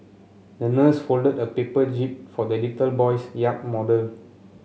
the nurse folded a paper jib for the little boy's yacht model